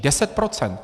10 %!